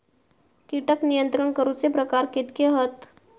कीटक नियंत्रण करूचे प्रकार कितके हत?